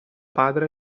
padre